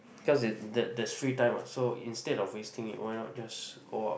cause it that there's free time what so instead of wasting it why not just go out